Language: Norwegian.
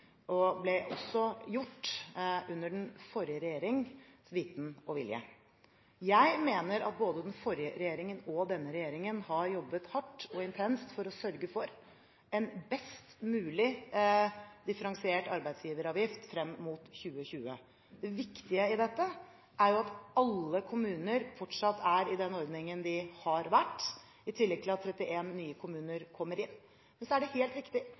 ble også gjort under den forrige regjeringens viten og vilje. Jeg mener at både den forrige regjeringen og denne regjeringen har jobbet hardt og intenst for å sørge for en best mulig differensiert arbeidsgiveravgift frem mot 2020. Det viktige i dette er at alle kommuner fortsatt er i den ordningen de har vært i, i tillegg til at 31 nye kommuner kommer inn. Så er det helt riktig